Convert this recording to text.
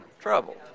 trouble